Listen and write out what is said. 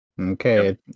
Okay